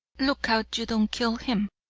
look out you don't kill him,